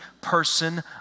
person